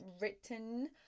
written